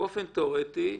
ובאופן תיאורטי,